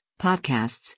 podcasts